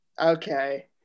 Okay